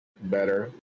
better